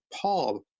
Paul